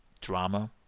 drama